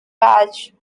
badge